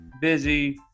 busy